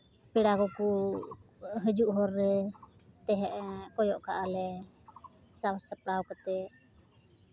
ᱯᱮᱲᱟ ᱠᱚᱠᱚ ᱦᱤᱡᱩᱜ ᱦᱚᱨ ᱨᱮ ᱛᱟᱦᱮᱸᱜ ᱠᱚᱭᱚᱜ ᱠᱟᱜᱼᱟ ᱞᱮ ᱥᱟᱡᱽ ᱥᱟᱯᱲᱟᱣ ᱠᱟᱛᱮᱫ